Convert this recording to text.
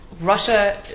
Russia